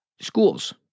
schools